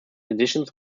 editions